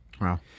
Wow